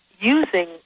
using